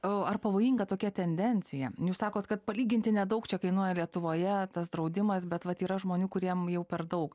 o ar pavojinga tokia tendencija jūs sakot kad palyginti nedaug čia kainuoja lietuvoje tas draudimas bet vat yra žmonių kuriem jau per daug